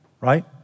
right